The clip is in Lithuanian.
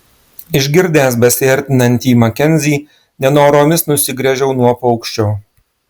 išgirdęs besiartinantį makenzį nenoromis nusigręžiau nuo paukščio